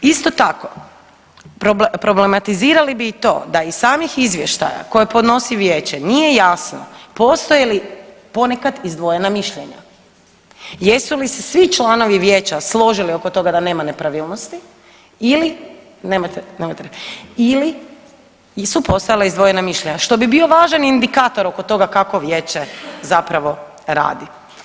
Isto tako problematizirali bi i to da iz samih izvještaja koje podnosi vijeće nije jasno postoje li ponekad izdvojena mišljenja, jesu li se svi članovi vijeća složili oko toga da nema nepravilnosti ili nemate, nemate, ili su postojala izdvojena mišljenja što bi bio važan indikator oko toga kako vijeće zapravo radi.